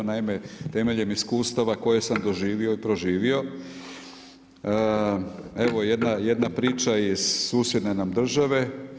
Naime, temeljem iskustava koje sam doživio i proživio evo jedna priča iz susjedne nam države.